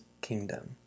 kingdom